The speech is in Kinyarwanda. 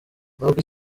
nubwo